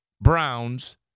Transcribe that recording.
Browns